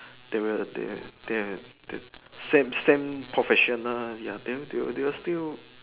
they will they they they send send professional then they will still